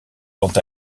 quant